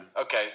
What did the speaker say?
Okay